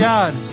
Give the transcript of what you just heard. God